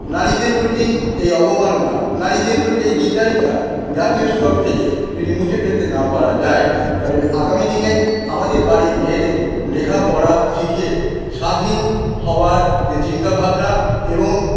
নারীদের প্রতি এই অবমাননা নারীদের প্রতি এই দ্বিচারিতা জাতীয় স্তর থেকে যদি মুছে ফেলতে না পারা যায় তাহলে আগামীদিনে আমাদের বাড়ির মেয়েদের লেখাপড়া শিখিয়ে স্বাধীন হওয়ার যে চিন্তা ভাবনা এবং